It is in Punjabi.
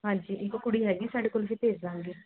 ਹਾਂਜੀ ਇੱਕ ਕੁੜੀ ਹੈਗੀ ਸਾਡੇ ਕੋਲ ਅਸੀਂ ਭੇਜ ਦਾਂਗੇ